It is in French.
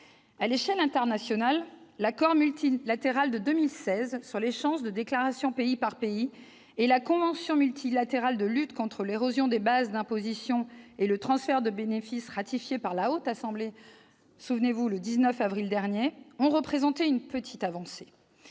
À l'échelle internationale, l'accord multilatéral de 2016 sur l'échange de déclarations pays par pays et la convention multilatérale de lutte contre l'érosion de la base d'imposition et le transfert de bénéfices, ratifiée par la Haute Assemblée le 19 avril dernier, ont représenté une petite avancée.